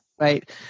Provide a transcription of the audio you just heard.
right